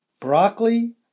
broccoli